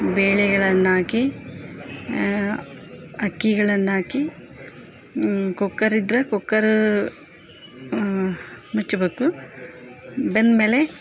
ಬೇಳೆಗಳನ್ನಾಕಿ ಅಕ್ಕಿಗಳನ್ನಾಕಿ ಕುಕ್ಕರ್ ಇದ್ದರೆ ಕುಕ್ಕರ್ ಮುಚ್ಚಬೇಕು ಬೆಂದ ಮೇಲೆ